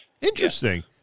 Interesting